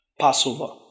Passover